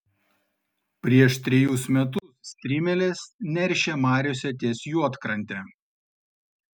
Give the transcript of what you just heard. prieš trejus metus strimelės neršė mariose ties juodkrante